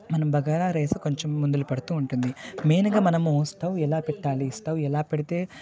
మనం బగారా రైస్ కొంచెం ముందలు పెడుతు ఉంటుంది మెయిన్గా మనము స్టవ్ ఎలా పెట్టాలి స్టవ్ ఎలా పెడితే